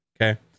Okay